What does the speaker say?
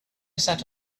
sat